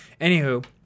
Anywho